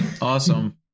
Awesome